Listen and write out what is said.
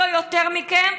אם לא יותר מכם,